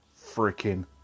freaking